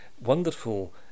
wonderful